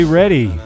ready